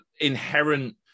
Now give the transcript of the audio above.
inherent